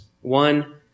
One